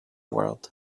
world